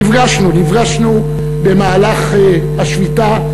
נפגשנו במהלך השביתה,